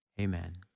amen